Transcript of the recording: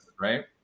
right